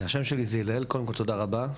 השם שלי זה הלל, קודם כל תודה רבה.